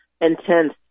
intense